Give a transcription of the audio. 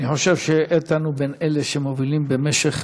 אני חושב שאיתן הוא בין אלה שמובילים במשך,